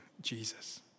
Jesus